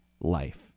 life